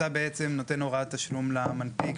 אתה נותן הוראת תשלום למנפיק,